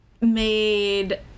made